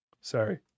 Sorry